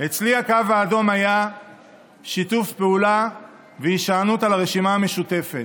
אצלי הקו האדום היה שיתוף פעולה והישענות על הרשימה המשותפת.